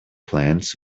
plants